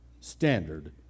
standard